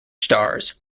stars